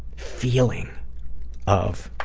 feeling of